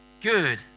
Good